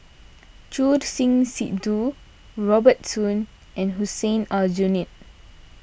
Choor Singh Sidhu Robert Soon and Hussein Aljunied